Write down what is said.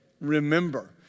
remember